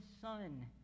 Son